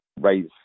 raise